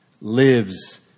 lives